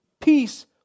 peace